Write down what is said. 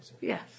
Yes